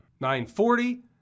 9.40